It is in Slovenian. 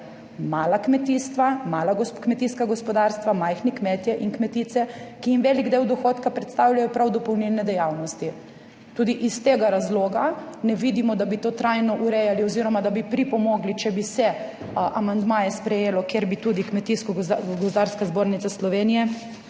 mala kmetijstva, mala kmetijska gospodarstva, majhni kmetje in kmetice, ki jim velik del dohodka predstavljajo prav dopolnilne dejavnosti. Tudi iz tega razloga ne vidimo, da bi to trajno urejali oziroma da bi pripomogli, če bi se amandmaje sprejelo, kjer bi tudi Kmetijsko gozdarska zbornica Slovenije